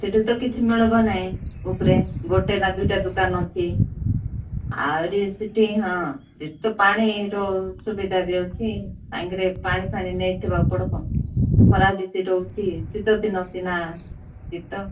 ସେଠି ତ କିଛି ମିଳିବ ନାହିଁ ଉପରେ ଗୋଟେ ନା ଦୁଇଟା ଦୋକାନ ଅଛି ଆହୁରି ସେଠି ହଁ ସେଠି ତ ପାଣିର ସୁବିଧା ବି ଅଛି ସାଙ୍ଗରେ ପାଣି ଫାଣି ନେଇଥିବାକୁ ପଡ଼ିବ ଖରା ବେଶୀ ରହୁଛି ଶୀତଦିନ ସିନା ଶୀତ